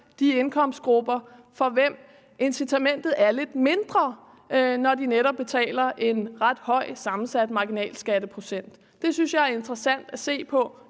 de indkomstgrupper, for hvem incitamentet er lidt mindre, når de netop har en ret høj sammensat marginalskatteprocent. Det synes jeg er interessant at se på.